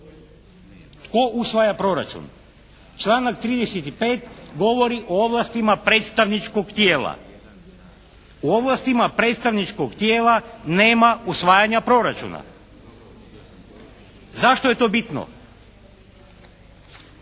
Tko usvaja proračun? Članak 35. govori o ovlastima predstavničkog tijela. U ovlastima predstavničkog tijela nema usvajanja proračuna. Zašto je to bitno?